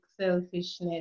selfishness